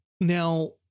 Now